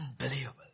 unbelievable